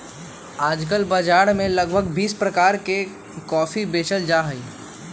आजकल बाजार में लगभग बीस प्रकार के कॉफी बेचल जाहई